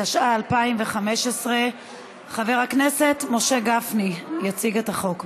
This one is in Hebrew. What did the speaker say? התשע"ה 2015. חבר הכנסת משה גפני יציג את החוק.